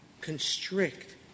constrict